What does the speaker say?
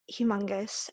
Humongous